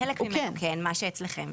חלק ממנו כן, מה שאצלכם.